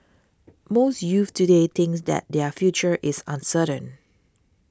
most youths today thinks that their future is uncertain